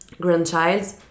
grandchild